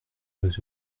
eux